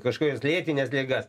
kažkokias lėtines ligas